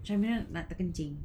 macam mana nak terkencing